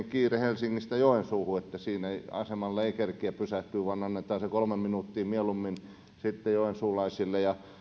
kiire helsingistä joensuuhun että siinä asemalla ei kerkeä pysähtyä vaan annetaan se kolme minuuttia mieluummin sitten joensuulaisille